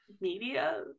media